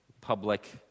Public